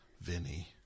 Vinny